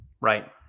right